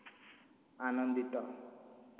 ଆନନ୍ଦିତ